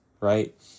right